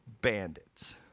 bandits